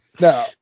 No